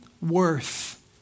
Worth